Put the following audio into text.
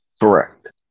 Correct